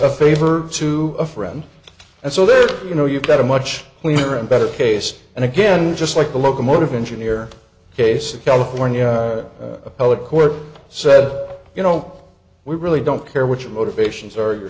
a favor to a friend and so there you know you've got a much clearer and better case and again just like the locomotive engineer case a california appellate court said you know we really don't care which motivations are you're